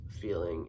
feeling